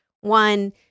one